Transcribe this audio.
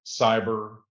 cyber